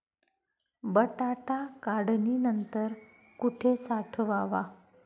बटाटा काढणी नंतर कुठे साठवावा?